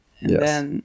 Yes